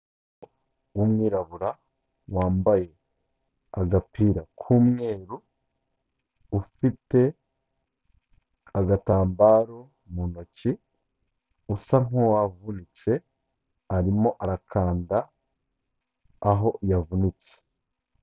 W'umwirabura wambaye agapira k'umweru, ufite agatambaro mu ntoki usa nk'uwavunitse, arimo arakanda aho yavunitse.